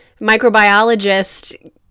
microbiologist